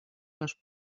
les